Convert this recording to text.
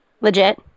legit